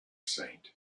saint